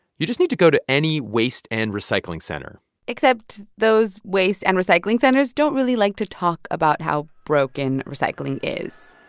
you just need to go to any waste and recycling center except those waste and recycling centers don't really like to talk about how broken recycling is.